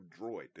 droid